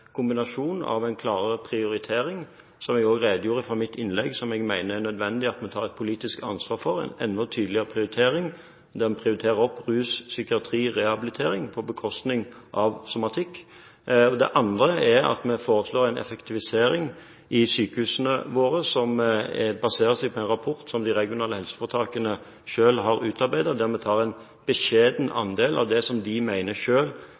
kombinasjon med en klarere prioritering – som jeg også redegjorde for i mitt innlegg og som jeg mener det er nødvendig at vi tar et politisk ansvar for – en enda tydeligere prioritering av rus, psykiatri, rehabilitering på bekostning av somatikk. Det andre er at vi foreslår en effektivisering i sykehusene våre som baserer seg på en rapport som de regionale helseforetakene selv har utarbeidet, der vi tar en beskjeden andel av det som de selv mener